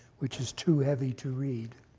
which is too heavy to read.